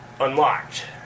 unlocked